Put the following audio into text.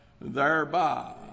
thereby